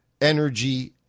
energy